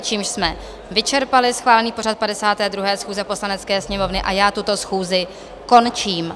Tím jsme vyčerpali schválený pořad 52. schůze Poslanecké sněmovny a já tuto schůzi končím.